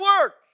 work